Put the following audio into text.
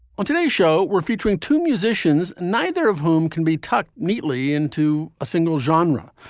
on today's show, we're featuring two musicians, neither of whom can be tucked neatly into a single genre.